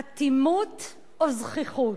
אטימות או זחיחות.